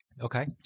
Okay